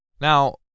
Now